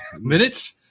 Minutes